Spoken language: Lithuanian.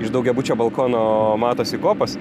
iš daugiabučio balkono matosi kopas